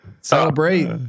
Celebrate